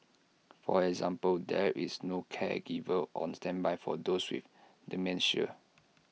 for example there is no caregiver on standby for those with dementia